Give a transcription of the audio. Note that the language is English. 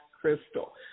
crystal